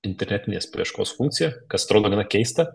internetinės paieškos funkciją kas atrodo gana keista